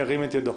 ירים את ידו.